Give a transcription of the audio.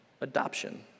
adoption